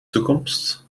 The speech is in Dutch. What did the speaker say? toekomst